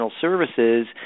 Services